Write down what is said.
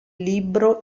libro